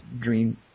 dream